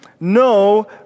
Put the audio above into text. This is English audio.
No